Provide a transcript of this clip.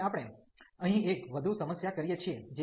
તેથી આપણે અહીં એક વધુ સમસ્યા કરીએ છીએ જે સમસ્યા ક્રમાંક 2 છે